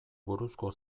buruzko